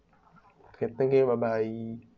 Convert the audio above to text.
okay thank you bye bye